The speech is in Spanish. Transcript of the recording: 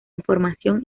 información